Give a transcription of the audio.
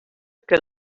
que